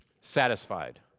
satisfied